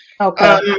Okay